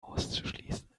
auszuschließen